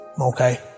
okay